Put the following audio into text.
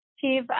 chief